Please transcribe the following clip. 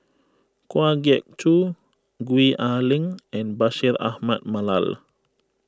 Kwa Geok Choo Gwee Ah Leng and Bashir Ahmad Mallal